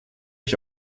ich